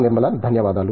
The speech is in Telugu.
నిర్మల ధన్యవాదాలు